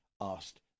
asked